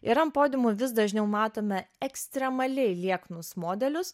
ir ant podiumų vis dažniau matome ekstremaliai lieknus modelius